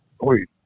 wait